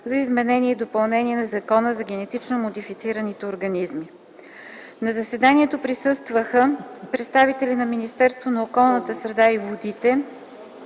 за изменение и допълнение на Закона за генетично модифицирани организми. На заседанието присъстваха представители на Министерството на околната среда и водите: